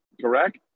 correct